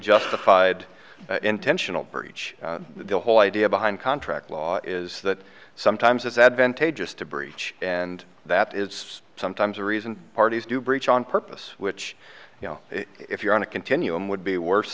justified intentional breach the whole idea behind contract law is that sometimes it's advantageous to breach and that is sometimes a reason parties do breach on purpose which you know if you're on a continuum would be worse